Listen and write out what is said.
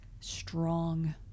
strong